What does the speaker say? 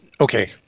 Okay